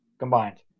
Combined